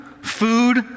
food